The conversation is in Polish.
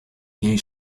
jej